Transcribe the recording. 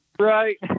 Right